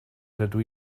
rydw